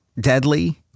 deadly